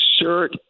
Shirt